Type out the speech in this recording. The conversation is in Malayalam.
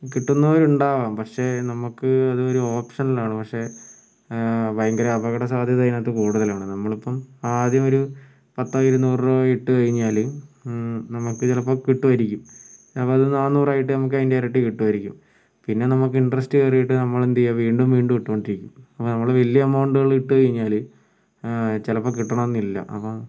കിട്ടുന്നവര് ഉണ്ടാകാം പക്ഷേ നമുക്ക് അതൊരു ഓപ്ഷണൽ ആണ് പക്ഷേ ഭയങ്കര അപകട സാധ്യത അതിനകത്ത് കൂടുതലാണ് നമ്മളിപ്പം ആദ്യം ഒരു പത്തോ ഇരുനൂറോ ഇട്ടുകഴിഞ്ഞാല് നമുക്ക് ചിലപ്പോൾ കിട്ടുമായിരിക്കും അപ്പോൾ അത് നാനൂറായിട്ട് നമുക്ക് അതിൻ്റെ ഇരട്ടി കിട്ടുമായിരിക്കും പിന്നെ നമുക്ക് ഇൻറ്ററസ്റ്റ് കയറിയിട്ട് നമ്മളെന്താണ് ചെയ്യുക വീണ്ടും വീണ്ടും ഇട്ട് കൊണ്ടിരിക്കും അങ്ങനെ നമ്മള് വലിയ എമൗണ്ട് ഇട്ടുകഴിഞ്ഞാല് ചിലപ്പോൾ കിട്ടണമെന്നില്ല അപ്പം